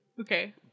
Okay